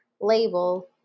label